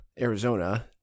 Arizona